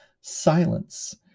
silence